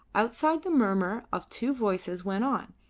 outside the murmur of two voices went on,